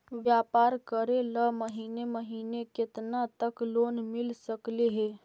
व्यापार करेल महिने महिने केतना तक लोन मिल सकले हे?